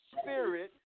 Spirit